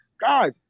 Guys